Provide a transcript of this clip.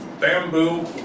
bamboo